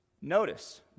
Notice